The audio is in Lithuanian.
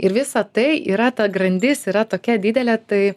ir visa tai yra ta grandis yra tokia didelė tai